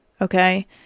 Okay